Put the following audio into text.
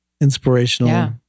inspirational